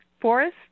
forest